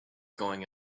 going